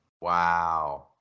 Wow